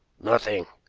nothing!